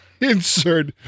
insert